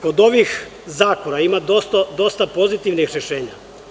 Kod ovih zakona ima dosta pozitivnih rešenja.